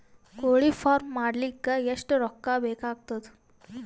ಕೋಳಿ ಫಾರ್ಮ್ ಮಾಡಲಿಕ್ಕ ಎಷ್ಟು ರೊಕ್ಕಾ ಬೇಕಾಗತದ?